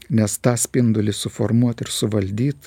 nes tą spindulį suformuot ir suvaldyt